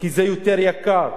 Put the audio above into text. וזה יותר יקר.